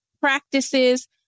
practices